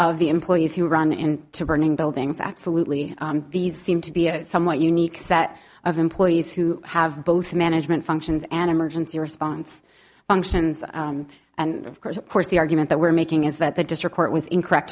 of the employees who run into burning buildings absolutely these seem to be a somewhat unique set of employees who have both management functions and emergency response functions and of course of course the argument that we're making is that the district court was incorrect